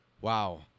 Wow